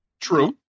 True